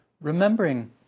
remembering